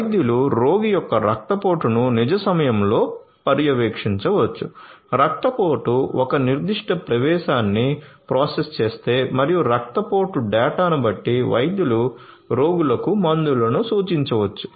వైద్యులు రోగి యొక్క రక్తపోటును నిజ సమయంలో పర్యవేక్షించవచ్చు రక్తపోటు ఒక నిర్దిష్ట ప్రవేశాన్ని ప్రాసెస్ చేస్తే మరియు రక్తపోటు డేటాను బట్టి వైద్యులు రోగులకు మందులను సూచించవచ్చు